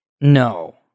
No